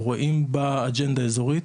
אנחנו רואים בה אג'נדה אזורית,